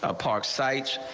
ah park sites,